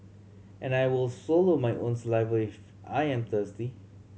and I will swallow my own saliva if I am thirsty